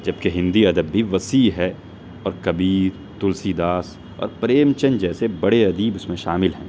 جبکہ ہندی ادب بھی وسیع ہے اور کبیر تلسی داس اور پریم چند جیسے بڑے ادیب اس میں شامل ہیں